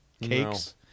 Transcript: cakes